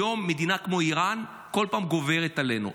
היום מדינה כמו איראן בכל פעם גוברת עלינו.